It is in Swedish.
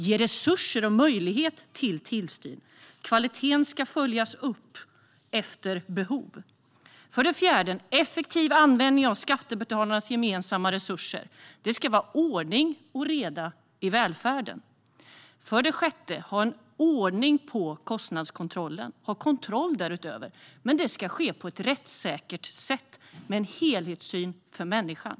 Ge resurser och möjlighet till tillsyn. Kvaliteten ska följas upp efter behov. För det fjärde handlar det om en effektiv användning av skattebetalarnas gemensamma resurser. Det ska vara ordning och reda i välfärden. För det femte handlar det om att man ska ha ordning på kostnadskontrollen. Men det ska ske på ett rättssäkert sätt med en helhetssyn på människan.